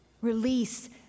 release